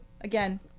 again